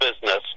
business